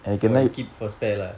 so [what] you keep for spare lah